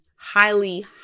highly